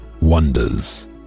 wonders